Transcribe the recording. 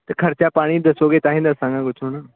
ਅਤੇ ਖਰਚਾ ਪਾਣੀ ਦੱਸੋਗੇ ਤਾਂ ਹੀ ਦੱਸਾਂਗਾ ਕੁਛ ਹੁਣ